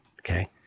Okay